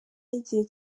y’igihe